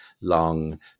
long